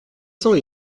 cents